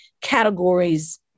categories